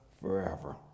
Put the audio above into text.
forever